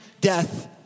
death